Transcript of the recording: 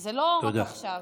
זה לא רק עכשיו.